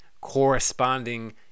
corresponding